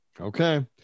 okay